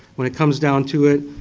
when it comes down to it